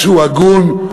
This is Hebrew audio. משהו הגון,